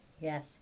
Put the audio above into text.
Yes